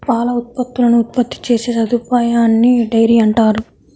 పాల ఉత్పత్తులను ఉత్పత్తి చేసే సదుపాయాన్నిడైరీ అంటారు